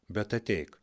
bet ateik